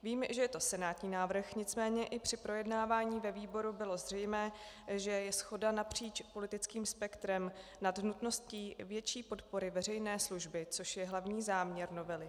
Vím, že je to senátní návrh, nicméně i při projednávání ve výboru bylo zřejmé, že je shoda napříč politickým spektrem nad nutností větší podpory veřejné služby, což je hlavní záměr novely.